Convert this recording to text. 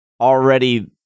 already